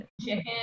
chicken